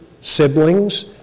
siblings